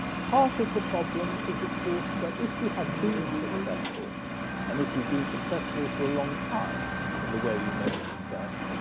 part of the problem is, of course, that if you have been successful and if you've been successful for a long time in the way you measure success,